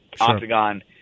octagon